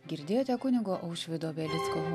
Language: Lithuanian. girdėjote kunigo aušvido belicko